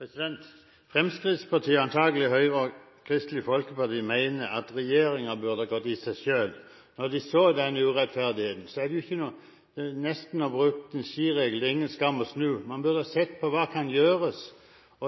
ansvar. Fremskrittspartiet – og antakelig Høyre og Kristelig Folkeparti – mener at regjeringen burde gått i seg selv da de så den urettferdigheten. Jeg kunne nesten brukt en fjellvettregel og si: Det er ingen skam å snu. Man burde sett på hva som kan gjøres.